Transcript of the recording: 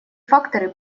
факторы